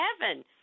heaven